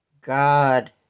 god